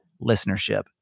listenership